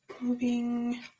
Moving